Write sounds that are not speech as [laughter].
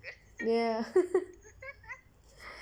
ya [laughs]